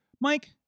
Mike